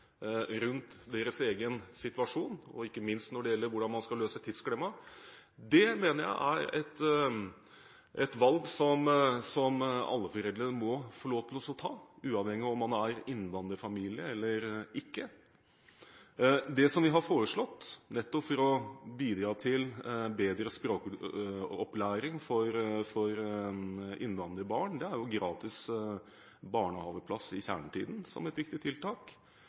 rundt sin egen situasjon, ikke minst når det gjelder hvordan man skal løse tidsklemma – det mener jeg er et valg alle foreldre må få lov til å ta, uavhengig av om man er innvandrerfamilie eller ikke. Det vi har foreslått som et viktig tiltak, nettopp for å bidra til bedre språkopplæring for innvandrerbarn, er gratis barnehageplass i kjernetiden.